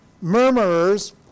murmurers